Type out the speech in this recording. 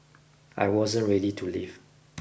I wasn't ready to leave